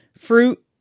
fruit